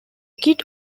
kit